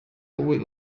wowe